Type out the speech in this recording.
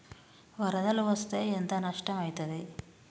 వరదలు వస్తే ఎంత నష్టం ఐతది?